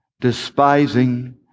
despising